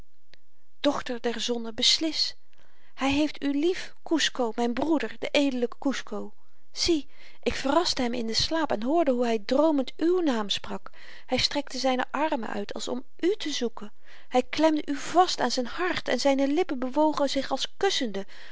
dochter der zonne beslis hy heeft u lief kusco myn broeder de edele kusco zie ik verraste hem in den slaap en hoorde hoe hy droomend uw naam sprak hy strekte zyne armen uit als om u te zoeken hy klemde u vast aan zyn hart en zyne lippen bewogen zich als kussende